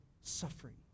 suffering